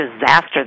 disaster